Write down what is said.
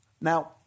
now